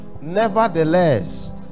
nevertheless